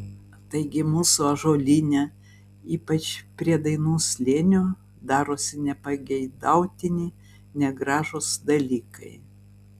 taigi mūsų ąžuolyne ypač prie dainų slėnio darosi nepageidautini negražūs dalykai